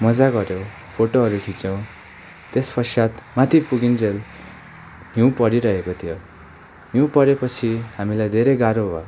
मजा गऱ्यो फोटोहरू खिच्यौँ त्यसपश्चात माथि पुगिन्जेल हिउँ परिरहेको थियो हिउँ परेपछि हामीलाई धेरै गाह्रो भयो